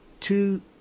two